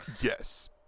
Yes